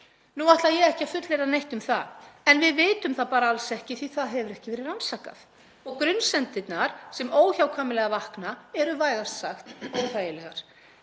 Nú ætla ég ekki að fullyrða neitt um það en við vitum það bara alls ekki því að það hefur ekki verið rannsakað og grunsemdirnar sem óhjákvæmilega vakna eru vægast sagt óþægilegar,